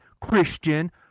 Christian